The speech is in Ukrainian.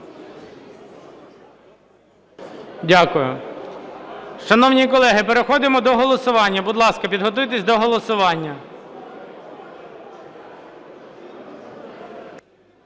Дякую. Шановні колеги, переходимо до голосування. Будь ласка, підготуйтесь до голосування.